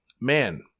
man